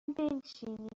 بنشینید